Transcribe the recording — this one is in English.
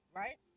right